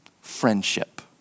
friendship